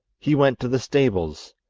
he went to the stables,